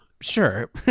Sure